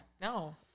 No